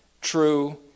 true